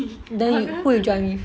then who you join with